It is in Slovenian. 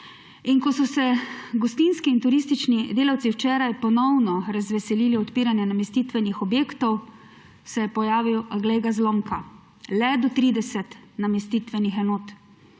ko so se gostinski in turistični delavci včeraj ponovno razveselili odpiranja namestitvenih objektov, se je pojavilo, glej ga zlomka, le do 30 namestitvenih enot,